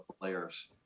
players